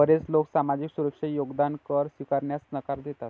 बरेच लोक सामाजिक सुरक्षा योगदान कर स्वीकारण्यास नकार देतात